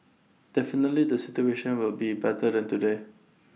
definitely the situation will be better than today